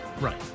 Right